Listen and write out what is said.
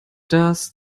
das